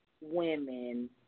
women